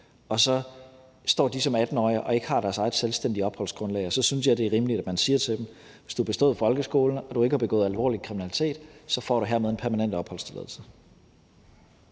og så står de som 18-årige og har ikke deres eget selvstændige opholdsgrundlag. Så synes jeg, det er rimeligt, at man siger til dem: Hvis du bestod folkeskolen og du ikke har begået alvorlig kriminalitet, får du hermed en permanent opholdstilladelse.